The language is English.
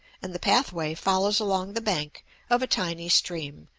and the pathway follows along the bank of a tiny stream,